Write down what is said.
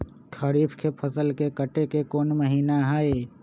खरीफ के फसल के कटे के कोंन महिना हई?